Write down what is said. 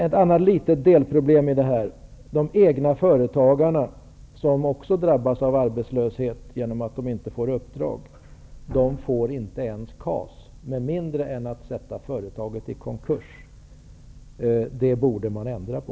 Ett annat, litet delproblem är detta att egenföretagarna, som också drabbas av arbetslöshet genom att de inte får uppdrag, inte ens får KAS, med mindre än att de sätter företagen i konkurs. Det borde man ändra på.